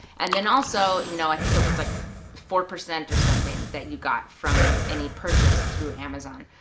and then also you know i think it was like four percent or something that you got from any purchase through amazon.